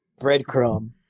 Breadcrumb